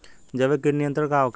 जैविक कीट नियंत्रण का होखेला?